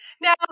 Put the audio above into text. Now